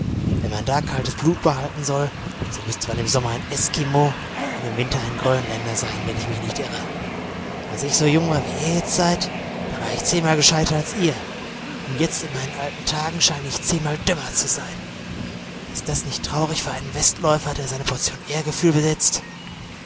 wenn man da kaltes blut behalten soll so müßte man im sommer ein eskimo und im winter ein grönländer sein wenn ich mich nicht irre als ich so jung war wie ihr jetzt seid da war ich zehnmal gescheiter als ihr und jetzt in meinen alten tagen scheine ich zehnmal dümmer zu sein ist das nicht traurig für einen westläufer der seine portion ehrgefühl besitzt